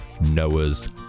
Noah's